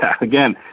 again